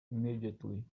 immediately